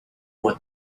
what